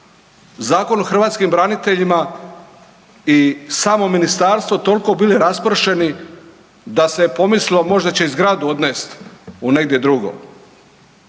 Zakon o hrvatskim braniteljima i samo ministarstvo toliko bili raspršeni da se pomislilo možda će i zgradu odnest u negdje drugo,